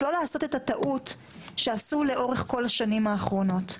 לא לעשות את הטעות שעשו לאורך כל השנים האחרונות.